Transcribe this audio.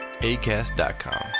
ACAST.com